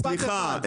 סליחה,